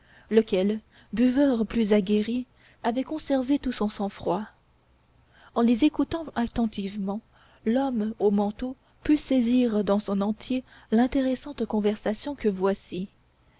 lequel buveur plus aguerri avait conservé tout son sang-froid en les écoutant attentivement l'homme au manteau put saisir dans son entier l'intéressante conversation que voici